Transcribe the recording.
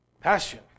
passion